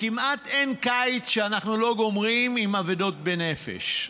כמעט אין קיץ שאנחנו לא גומרים עם אבדות בנפש.